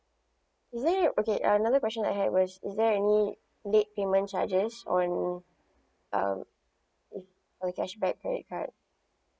is there okay uh another question I has was is there any late payment charges on uh a cash back credit card